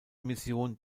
mission